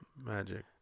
Magic